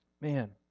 Man